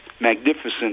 magnificent